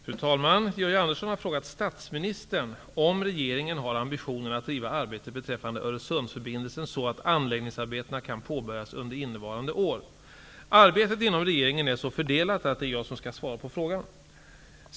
Fru talman! Georg Andersson har frågat statsministern om regeringen har ambitionen att driva arbetet beträffande Öresundsförbindelsen så att anläggningsarbetena kan påbörjas under innevarande år. Arbetet inom regeringen är så fördelat att det är jag som skall svara på frågan.